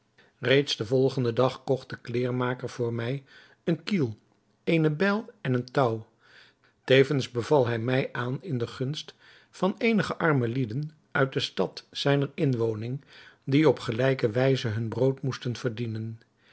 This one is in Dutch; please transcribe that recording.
reeds den volgenden dag kocht de kleermaker voor mij een kiel eene bijl en een touw tevens beval hij mij aan in de gunst van eenige arme lieden uit de stad zijner inwoning die op gelijke wijze hun brood moesten verdienen